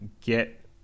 get